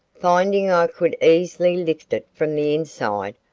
finding i could easily lift it from the inside,